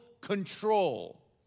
control